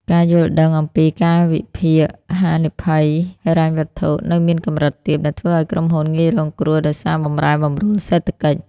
ការយល់ដឹងអំពី "ការវិភាគហានិភ័យហិរញ្ញវត្ថុ" នៅមានកម្រិតទាប ដែលធ្វើឱ្យក្រុមហ៊ុនងាយរងគ្រោះដោយសារបម្រែបម្រួលសេដ្ឋកិច្ច។